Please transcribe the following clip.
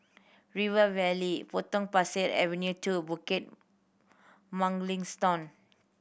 River Valley Potong Pasir Avenue Two Bukit Mugliston